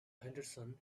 henderson